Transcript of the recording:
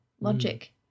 logic